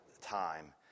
time